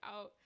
out